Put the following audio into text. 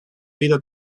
vida